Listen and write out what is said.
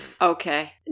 Okay